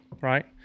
right